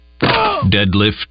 deadlift